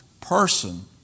person